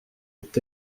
est